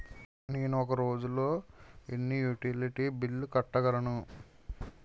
నేను ఒక రోజుల్లో ఎన్ని యుటిలిటీ బిల్లు కట్టగలను?